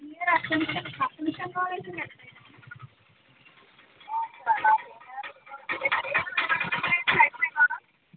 വീട് അച്ചൻകോവിൽ അച്ചൻകോവിലിന് അടുത്തായിരുന്നു